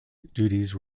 duties